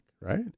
right